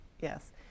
yes